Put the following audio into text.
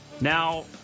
Now